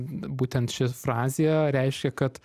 būtent ši frazė reiškia kad